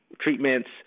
treatments